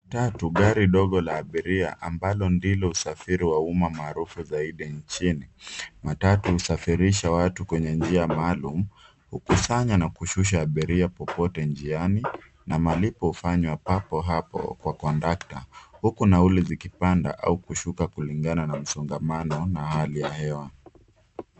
Tatu, gari ndogo la abiria ambalo ndilo usafiri wa umma maarufu zaidi nchini. Matatu husafirisha watu kwenye njia maalum, hukusanyika na kushusha abiria popote njiani na malipo hufanywa papo hapo kwa kondakta huku nauli zikipanda au kushuka kulingana na msongamano wa mahali hayo.